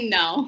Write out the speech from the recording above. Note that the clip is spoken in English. no